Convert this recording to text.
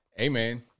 Amen